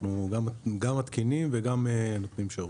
אנחנו גם מתקינים וגם נותנים שירות.